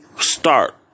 start